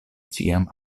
ĉiam